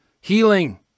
healing